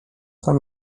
tam